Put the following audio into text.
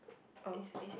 oh